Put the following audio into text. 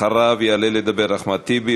אחריו יעלו לדבר אחמד טיבי,